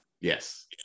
Yes